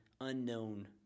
unknown